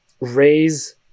raise